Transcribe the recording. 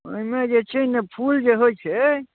ओहिमे जे छै ने फुल जे होइत छै